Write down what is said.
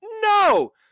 No